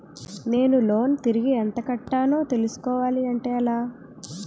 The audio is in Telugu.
నేను లోన్ తిరిగి ఎంత కట్టానో తెలుసుకోవాలి అంటే ఎలా?